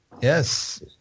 yes